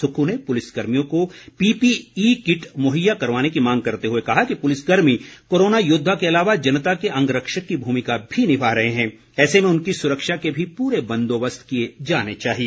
सुक्खू ने पुलिस कर्मियों को पीपीई किट मुहैया करवाने की मांग करते हुए कहा कि पुलिस कर्मी कोरोना योद्वा के अलावा जनता के अंगरक्षक की भूमिका भी निभा रहे हैं ऐसे में उनकी सुरक्षा के भी पूरे बंदोबस्त किए जाने चाहिए